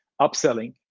upselling